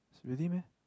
really meh